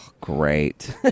Great